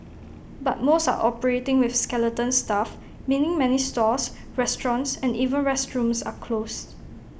but most are operating with skeleton staff meaning many stores restaurants and even restrooms are closed